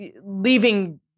leaving